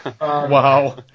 Wow